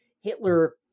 Hitler